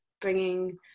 bringing